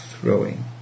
throwing